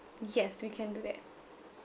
yes we can do that